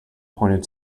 pointed